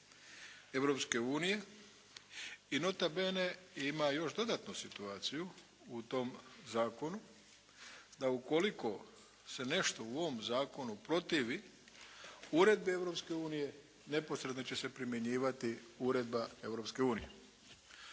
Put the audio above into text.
Europske unije. I nota bene ima još dodatnu situaciju u tom zakonu da ukoliko se nešto u ovom zakonu protivi uredbi Europske unije neposredno će se primjenjivati uredba Europske unije.